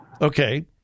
Okay